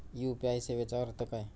UPI सेवेचा अर्थ काय?